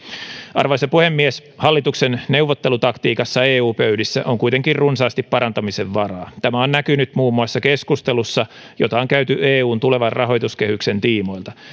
arvoisa puhemies hallituksen neuvottelutaktiikassa eu pöydissä on kuitenkin runsaasti parantamisen varaa tämä on näkynyt muun muassa keskustelussa jota on käyty eun tulevan rahoituskehyksen tiimoilta